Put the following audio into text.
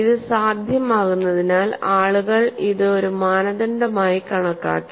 ഇത് സാധ്യമാകുന്നതിനാൽ ആളുകൾ ഇത് ഒരു മാനദണ്ഡമായി കണക്കാക്കി